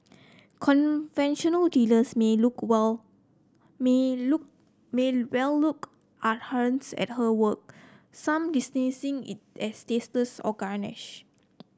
conventional dealers may look well may look may well look askance at her work some dismissing it as tasteless or garish